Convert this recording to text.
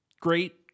Great